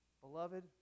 Beloved